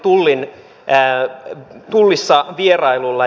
olin juuri tullissa vierailulla